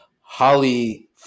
Holly